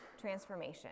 transformation